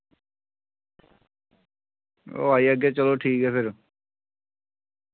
ओह् आई जाह्गे चलो ठीक ऐ फिर